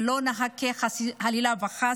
ולא נחכה, חלילה וחס,